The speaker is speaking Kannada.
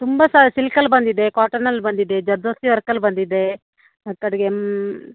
ತುಂಬ ಸಹ ಸಿಲ್ಕಲ್ಲಿ ಬಂದಿದೆ ಕಾಟನಲ್ಲಿ ಬಂದಿದೆ ಜರ್ದೋಸಿ ವರ್ಕಲ್ಲಿ ಬಂದಿದೆ ಕಡೆಗೆ